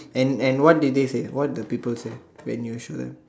and and what did they say what the people say when you show them